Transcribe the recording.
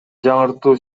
жаңыртуу